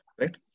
right